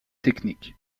techniques